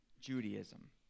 judaism